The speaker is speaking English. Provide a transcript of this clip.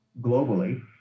globally